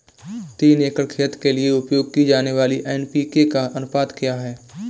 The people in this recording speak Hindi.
तीन एकड़ खेत के लिए उपयोग की जाने वाली एन.पी.के का अनुपात क्या है?